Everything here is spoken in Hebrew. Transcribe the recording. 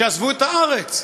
שעזבו את הארץ.